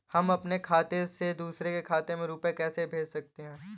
हम अपने खाते से दूसरे के खाते में रुपये कैसे भेज सकते हैं?